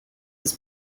his